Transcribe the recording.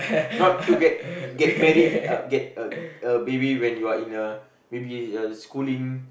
not to get get married uh get a a baby when you are in a baby a schooling